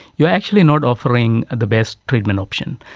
you're actually not offering the best treatment option.